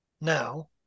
Now